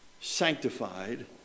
sanctified